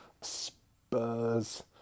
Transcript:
spurs